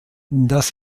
das